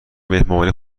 مهمانی